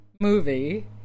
movie